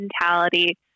mentality